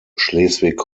schleswig